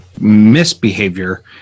misbehavior